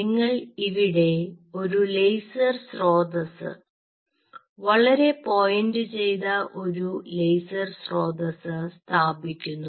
നിങ്ങൾ ഇവിടെ ഒരു ലേസർ സ്രോതസ്സ് വളരെ പോയിന്റുചെയ്ത ഒരു ലേസർ സ്രോതസ്സ് സ്ഥാപിക്കുന്നു